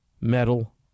metal